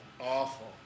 Awful